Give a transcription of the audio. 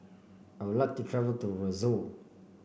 I would like to travel to Roseau